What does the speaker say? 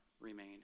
remain